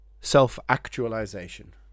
self-actualization